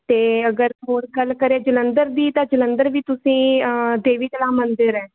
ਅਤੇ ਅਗਰ ਹੋਰ ਗੱਲ ਕਰੇ ਜਲੰਧਰ ਦੀ ਤਾਂ ਜਲੰਧਰ ਵੀ ਤੁਸੀਂ ਦੇਵੀ ਤਲਾਬ ਮੰਦਰ ਹੈ